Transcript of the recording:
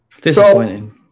Disappointing